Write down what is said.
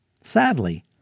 Sadly